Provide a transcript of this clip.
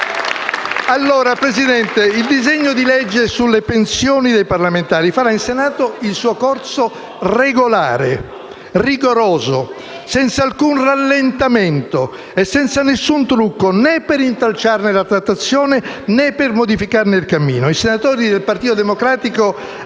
Signor Presidente, il disegno di legge sulle pensioni dei parlamentari farà allora in Senato il suo corso regolare, rigoroso, senza alcun rallentamento e senza alcun trucco, né per intralciarne la trattazione né per modificarne il cammino. I senatori del Partito Democratico